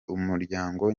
umuryango